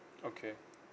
okay